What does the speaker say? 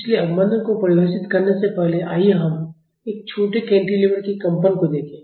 इसलिए अवमंदन को परिभाषित करने से पहले आइए हम एक छोटे कैंटीलीवर के कंपन को देखें